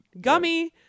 Gummy